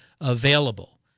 available